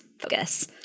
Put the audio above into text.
focus